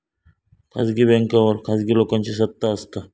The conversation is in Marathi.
खासगी बॅन्कांवर खासगी लोकांची सत्ता असता